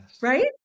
right